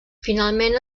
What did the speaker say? finalment